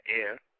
air